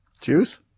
Juice